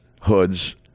hoods